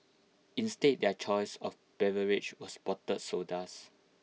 instead their choice of beverage was bottled sodas